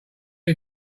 you